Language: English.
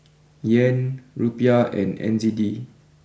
Yen Rupiah and N Z D